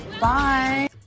Bye